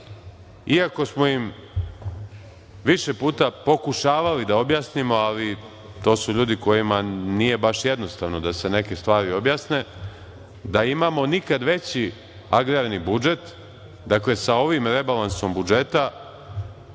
iako smo im više puta pokušavali da objasnimo, ali to su ljudi kojima nije baš jednostavno da se neke stvari objasne, da imamo nikad veći agrarni budžet. Dakle, sa ovim rebalansom budžeta